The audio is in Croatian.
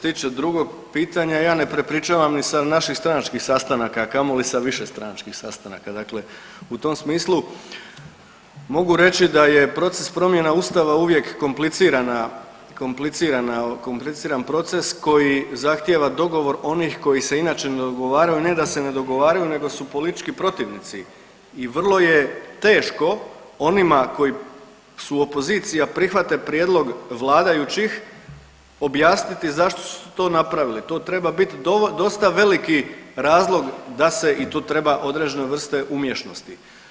Što se tiče drugog pitanja, ja ne prepričavam ni sa naših stranačkih sastanaka, a kamoli sa višestranačkih sastanaka, dakle u tom smislu mogu reći da je proces promjena Ustava uvijek kompliciran proces koji zahtijeva dogovor onih koji se inače ne dogovaraju, ne da se ne dogovaraju, nego su politički protivnici i vrlo je teško onima koji su u opoziciji, a prihvate prijedlog vladajućih objasniti zašto su to napravili, to treba bit dosta veliki razlog da se i tu treba određene vrste umješnosti.